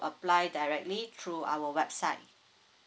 apply directly through our website